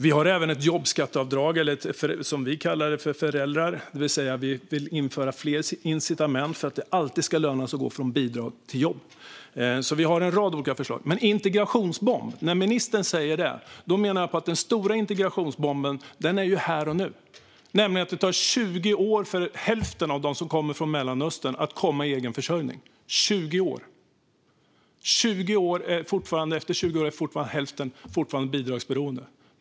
Vi har även ett jobbskatteavdrag för föräldrar, som vi kallar det för. Vi vill införa fler incitament för att det alltid ska löna sig att gå från bidrag till jobb. Vi har en rad olika förslag. När ministern talar om integrationsbomb menar jag på att den stora integrationsbomben är här och nu. Det tar 20 år för hälften av dem som kommer från Mellanöstern att komma i egen försörjning. Efter 20 år är hälften fortfarande bidragsberoende.